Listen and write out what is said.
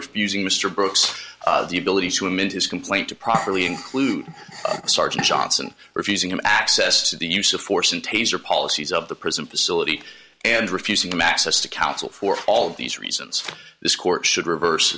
refusing mr brooks the ability to him in his complaint to properly include sergeant johnson refusing him access to the use of force and taser policies of the prison facility and refusing him access to counsel for all these reasons this court should reverse